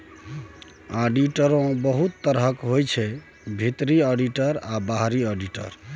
आडिटरो बहुत तरहक होइ छै भीतरी आडिटर आ बाहरी आडिटर